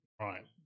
Right